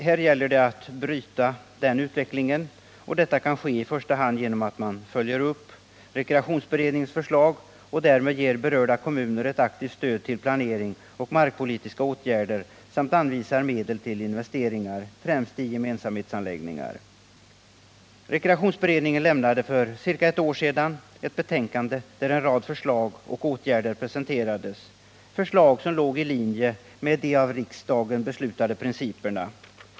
Här gäller det att bryta den utvecklingen, och det kan ske i första hand genom att man följer upp rekreationsberedningens förslag och därmed ger berörda kommuner ett aktivt stöd till planering och markpolitiska åtgärder samt anvisar medel till investeringar, främst i gemensamhetsanläggningar. Rekreationsberedningen avlämnade för ca ett år sedan ett betänkande, där en rad förslag till åtgärder presenterades, förslag som låg i linje med de av riksdagen beslutade principerna.